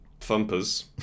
Thumpers